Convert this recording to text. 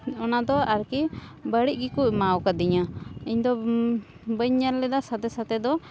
ᱚᱱᱟ ᱫᱚ ᱟᱨᱠᱤ ᱵᱟᱹᱲᱤᱡ ᱜᱮᱠᱚ ᱮᱢᱟ ᱟᱠᱟᱣᱫᱤᱧ ᱤᱧ ᱫᱚ ᱵᱟᱹᱧ ᱧᱮᱞ ᱞᱮᱫᱟ ᱥᱟᱛᱮ ᱥᱟᱛᱮ ᱫᱚ